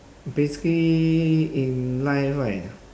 basically in life right